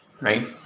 right